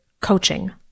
coaching